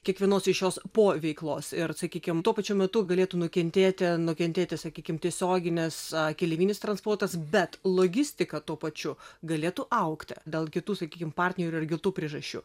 kiekvienos iš jos po veiklos ir sakykime tuo pačiu metu galėtų nukentėti nukentėti sakykim tiesioginis keleivinis transportas bet logistika tuo pačiu galėtų augti dėl kitų sakykim partnerių ar kitų priežasčių